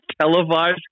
televised